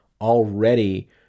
already